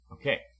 Okay